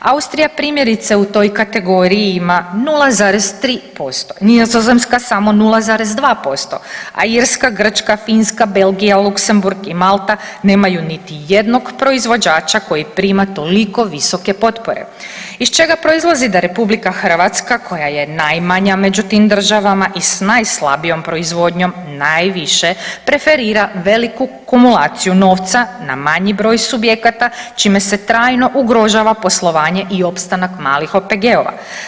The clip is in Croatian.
Austrija, primjerice, u toj kategoriji ima 0,3%, Nizozemska samo 0,2%, a Irska, Grčka, Finska, Belgija, Luksemburg i Malta nemaju niti jednog proizvođača koji prima toliko visoke potpore, iz čega proizlazi da RH koja je najmanja među tim državama i s najslabijom proizvodnjom najviše preferira veliku kumulaciju novca na manji broj subjekata čime se trajno ugrožava poslovanje i opstanak malih OPG-ova.